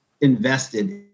invested